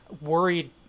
worried